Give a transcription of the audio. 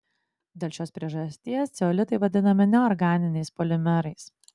dėl šios priežasties ceolitai vadinami neorganiniais polimerais